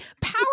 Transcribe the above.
power